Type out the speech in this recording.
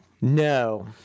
no